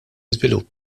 iżvilupp